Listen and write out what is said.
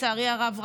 לצערי הרב,